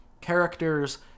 characters